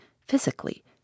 physically